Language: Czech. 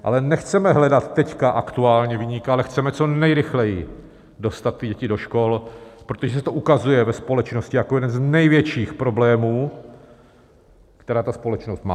Ale nechceme hledat teď aktuálně viníka, ale chceme co nejrychleji dostat děti do škol, protože se to ukazuje ve společnosti jako jeden z největších problémů, které společnost má.